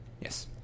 yes